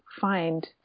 find